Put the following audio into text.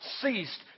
ceased